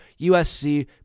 USC